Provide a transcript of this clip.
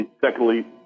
Secondly